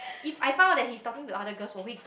if I found out that he's talking to other girls 我会